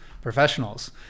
professionals